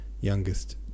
youngest